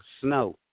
snow